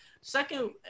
Second